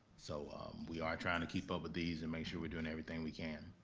so we are trying to keep up with these and make sure we're doing everything we can.